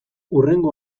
hurrengo